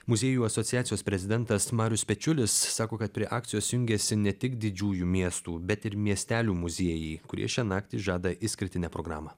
muziejų asociacijos prezidentas marius pečiulis sako kad prie akcijos jungiasi ne tik didžiųjų miestų bet ir miestelių muziejai kurie šią naktį žada išskirtinę programą